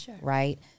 Right